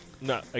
No